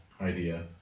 idea